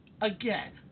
again